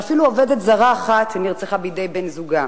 ואפילו עובדת זרה אחת נרצחה בידי בן-זוגה.